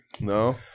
No